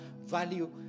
value